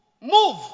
Move